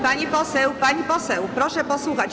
Pani poseł, pani poseł, proszę posłuchać.